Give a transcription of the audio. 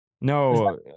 no